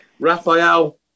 Raphael